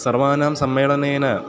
सर्वेषां सम्मेलनेन